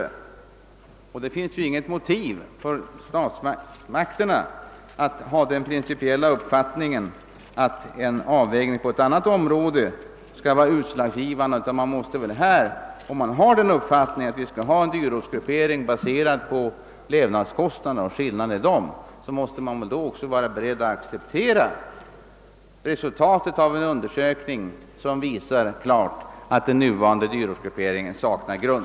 Det kan inte finns något motiv för statsmakterna att ha den principiella uppfattningen, att avvägningen på ett annat område skall vara utslagsgivande. Anser man att vi skall ha en dyrortsgruppering, baserad på skillnaderna i levnadskostnader, måste man också vara beredd att acceptera resultatet av en undersökning som klart visar att den nuvarande dyrortsgrupperingen saknar grund.